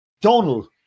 Donald